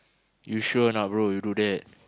you sure or not bro you do that